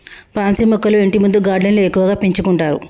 pansy మొక్కలు ఇంటిముందు గార్డెన్లో ఎక్కువగా పెంచుకుంటారు